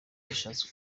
yashatse